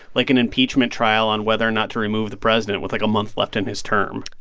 like, an impeachment trial on whether or not to remove the president with, like, a month left in his term?